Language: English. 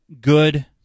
good